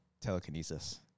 telekinesis